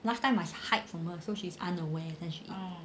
last time must hide from her so she is unaware then she eat